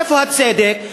איפה הצדק?